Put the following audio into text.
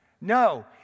No